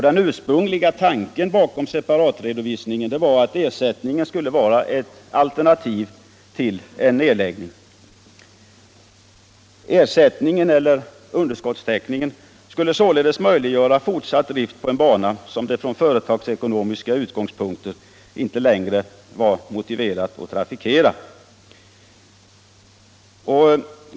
Den ursprungliga tanken bakom separatredovisningen var att ersättningen skulle vara ett alternativ till en nedläggning. Ersättningen eller underskottstäckningen skulle således möjliggöra fortsatt drift på en bana som det från företagsekonomiska synpunkter inte längre var motiverat att trafikera.